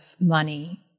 money